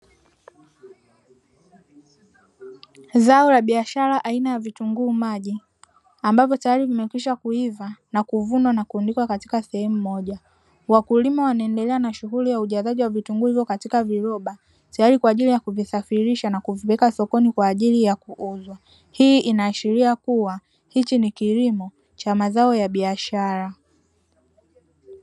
Zao la biashara aina ya vitunguu maji, ambavyo tayari vimekwishakuiva na kuvunwa na kurundikwa katika sehemu moja. Wakulima wanaendelea na shughuli ya ujazaji wa vitunguu hivyo katika viroba, tayari kwa ajili ya kuvisafirisha na kuvipeleka sokoni kwa ajili ya kuuzwa; hii inaashiria kuwa hichi ni kilimo cha mazao ya biashara.